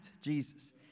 Jesus